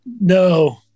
No